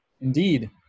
Indeed